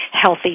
healthy